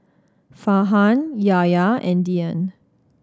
Farhan Yahya and Dian